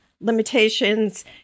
limitations